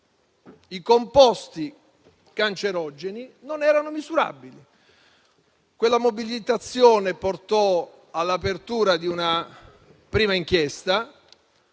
I composti cancerogeni non erano misurabili. Quella mobilitazione portò all'apertura di una prima inchiesta.